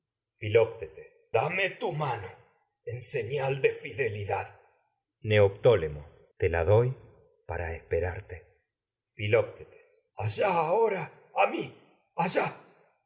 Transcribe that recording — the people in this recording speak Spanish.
filoctetes dame te tu mano en señal de fidelidad neoptólemo filoctetes la doy para esperarte ahora a allá mí allá